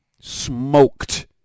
smoked